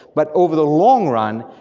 but over the long run,